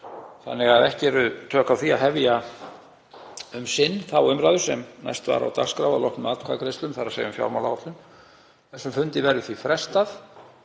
þannig að ekki eru tök á því að hefja um sinn þá umræðu sem næst var á dagskrá að loknum atkvæðagreiðslum, þ.e. um fjármálaáætlun. Þessum fundi verður nú frestað